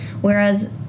Whereas